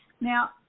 Now